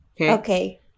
Okay